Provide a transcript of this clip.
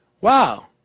wow